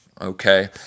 Okay